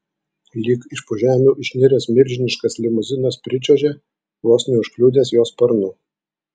lyg iš po žemių išniręs milžiniškas limuzinas pričiuožė vos neužkliudęs jo sparnu